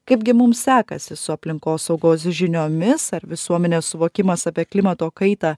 kaipgi mums sekasi su aplinkosaugos žiniomis ar visuomenės suvokimas apie klimato kaitą